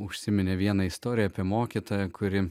užsiminė vieną istoriją apie mokytoją kuri